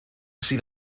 sydd